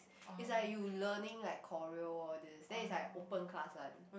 it's like you learning like choreo all these then it's like open class one